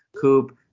Coop